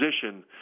position